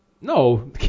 No